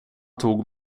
tog